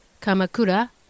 Kamakura